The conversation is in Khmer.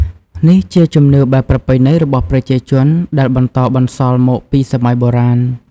នេះ ជាជំនឿបែបប្រពៃណីរបស់ប្រជាជន ដែលបន្តបន្សល់មកពីសម័យបុរាណ។